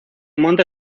monte